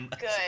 good